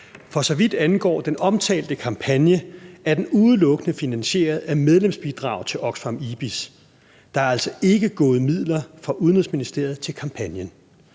For så vidt angår den omtalte kampagne, er den udelukkende finansieret af medlemsbidrag til Oxfam IBIS. Der er altså ikke gået midler fra Udenrigsministeriet til kampagnen.